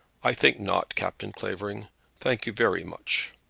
i think not, captain clavering thank you very much.